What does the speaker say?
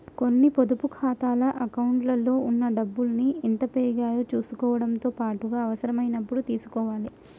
కొన్ని పొదుపు ఖాతాల అకౌంట్లలో ఉన్న డబ్బుల్ని ఎంత పెరిగాయో చుసుకోవడంతో పాటుగా అవసరమైనప్పుడు తీసుకోవాలే